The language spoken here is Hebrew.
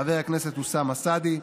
חבר הכנסת אוסאמה סעדי,